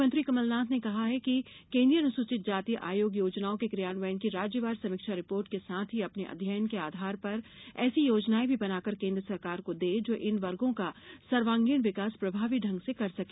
मुख्यमंत्री कमलनाथ ने कहा है कि केन्द्रीय अनुसूचित जाति आयोग योजनाओं के कियान्वयन की राज्यवार समीक्षा रिपोर्ट के साथ ही अपने अध्ययन के आधार पर ऐसी योजनाएं भी बनाकर केन्द्र सरकार को दे जो इन वर्गो का सर्वांगीण विकास प्रभावी ढंग से कर सके